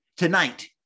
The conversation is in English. Tonight